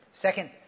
Second